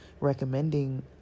recommending